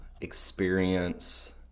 experience